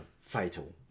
fatal